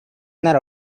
not